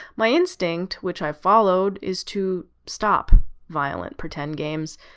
my instinct, which i followed, is to stop violent pretend games.